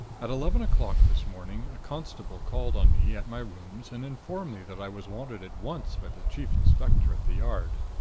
at eleven o'clock this morning a constable called on me at my rooms and informed me that i was wanted at once by the chief inspector at the yard.